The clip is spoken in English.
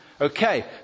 Okay